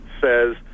says